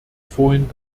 vorhin